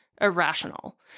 irrational